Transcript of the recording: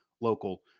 local –